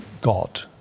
God